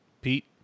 Pete